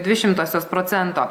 dvi šimtosios procento